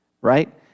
right